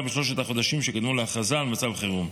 בשלושת החודשים שקדמו להכרזה על מצב החירום.